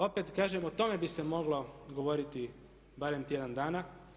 Opet kažem o tome bi se moglo govoriti barem tjedan dana.